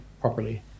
properly